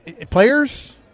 players